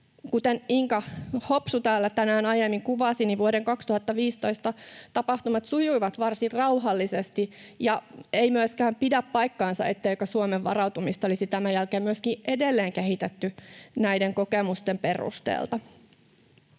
Kuten Inka Hopsu täällä tänään aiemmin kuvasi, niin vuoden 2015 tapahtumat sujuivat varsin rauhallisesti, eikä myöskään pidä paikkaansa, etteikö Suomen varautumista olisi tämän jälkeen edelleen kehitetty näiden kokemusten perusteella.